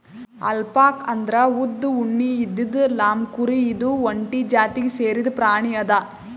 alpaca ಅಂದ್ರ ಉದ್ದ್ ಉಣ್ಣೆ ಇದ್ದಿದ್ ಲ್ಲಾಮ್ಕುರಿ ಇದು ಒಂಟಿ ಜಾತಿಗ್ ಸೇರಿದ್ ಪ್ರಾಣಿ ಅದಾ